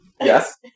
Yes